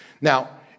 Now